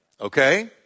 Okay